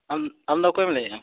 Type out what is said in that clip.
ᱟᱢ ᱟᱢ ᱫᱚ ᱚᱠᱚᱭᱮᱢ ᱞᱟᱹᱭᱮᱫᱟ